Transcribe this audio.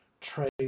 trade